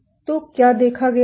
तो क्या देखा गया है